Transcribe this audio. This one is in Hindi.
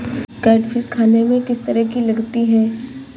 कैटफिश खाने में किस तरह की लगती है?